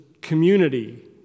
community